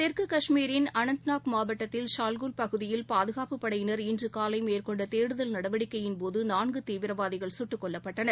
தெற்கு கஷ்மீரின் அனந்தநாக் மாவட்டத்தில் ஷால்குல் பகுதியில் பாதுகாப்புப் படையினர் இன்றுகாலைமேற்கொண்டதேடுதல் நடவடிக்கையின்போதுநான்குதீவிரவாதிகள் கட்டுக் கொல்லப்பட்டனர்